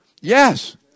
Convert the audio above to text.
Yes